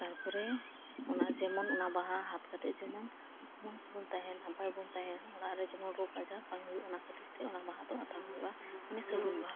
ᱛᱟᱨᱯᱚᱨᱮ ᱚᱱᱟ ᱡᱮᱢᱚᱱ ᱚᱱᱟ ᱵᱟᱦᱟ ᱦᱟᱛ ᱠᱟᱛᱮ ᱡᱮᱢᱚᱱ ᱢᱚᱡᱽ ᱵᱚᱱ ᱛᱟᱦᱮᱱ ᱦᱟᱯᱟᱭ ᱵᱚᱱ ᱛᱟᱦᱮᱱ ᱚᱲᱟᱜ ᱨᱮ ᱡᱮᱢᱚᱱ ᱨᱳᱜᱽ ᱟᱡᱟᱨ ᱵᱟᱝ ᱦᱩᱭᱩᱜ ᱚᱱᱟ ᱠᱷᱟᱹᱛᱤᱨ ᱛᱮ ᱚᱱᱟ ᱵᱟᱦᱟ ᱫᱚ ᱟᱛᱟᱝ ᱦᱩᱭᱩᱜᱼᱟ ᱢᱟᱱᱮ ᱥᱟᱹᱜᱩᱱ ᱵᱟᱦᱟ